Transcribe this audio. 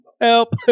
help